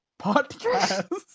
podcast